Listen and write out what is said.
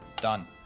Done